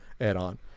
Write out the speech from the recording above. add-on